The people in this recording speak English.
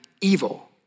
evil